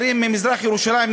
לצעירים ממזרח-ירושלים,